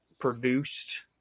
produced